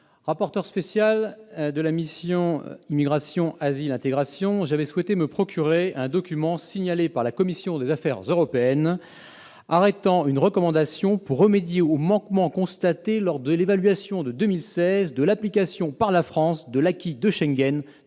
Rapporteur spécial de la mission budgétaire « Immigration, asile et intégration », j'avais souhaité me procurer un document signalé par la commission des affaires européennes « arrêtant une recommandation pour remédier aux manquements constatés lors de l'évaluation de 2016 de l'application, par la France, de l'acquis de Schengen dans